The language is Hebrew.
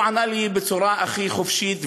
הוא אמר לי בצורה הכי חופשית,